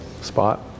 spot